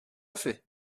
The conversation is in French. fait